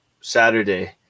Saturday